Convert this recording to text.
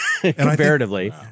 comparatively